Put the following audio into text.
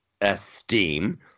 esteem